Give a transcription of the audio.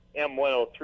M103